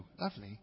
lovely